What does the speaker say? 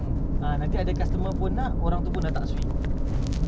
makna orang tu terpaksa bagi ah for that price